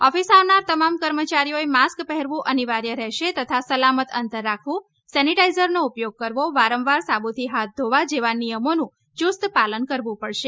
office આવનાર તમામ કર્મચારીઓએ માસ્ક પહેરવું અનિવાર્ય રહેશે તથા સલામત અંતર રાખવું સેનિટાઈઝરનો ઉપયોગ કરવો વારંવાર સાબુથી હાથ ધોવા જેવા નિયમોનું યૂસ્ત પાલન કરવું પડશે